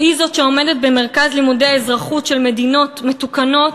שהיא זאת שעומדת במרכז לימודי האזרחות של מדינות מתוקנות,